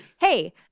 Hey